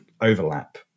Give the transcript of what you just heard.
overlap